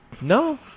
no